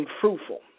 fruitful